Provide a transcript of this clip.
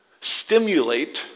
stimulate